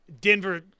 Denver